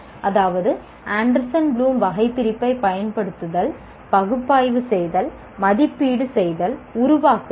அதாவது Anderson Bloom வகைபிரிப்பைப் பயன்படுத்துதல் பகுப்பாய்வு செய்தல் மதிப்பீடு செய்தல் உருவாக்குதல்